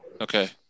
Okay